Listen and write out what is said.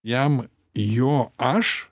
jam jo aš